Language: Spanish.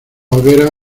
hoguera